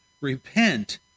Repent